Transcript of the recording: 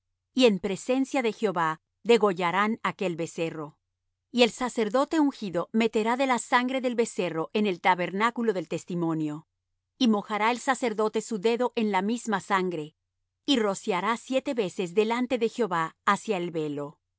y en presencia de jehová degollarán aquel becerro y el sacerdote ungido meterá de la sangre del becerro en el tabernáculo del testimonio y mojará el sacerdote su dedo en la misma sangre y rociará siete veces delante de jehová hacia el velo